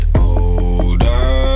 older